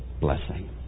blessing